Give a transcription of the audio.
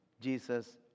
Jesus